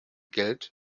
geld